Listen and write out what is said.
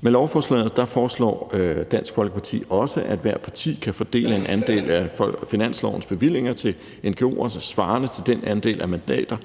Med beslutningsforslaget foreslår Dansk Folkeparti også, at hvert parti kan fordele en andel af finanslovens bevillinger til ngo'er svarende til den andel af mandater,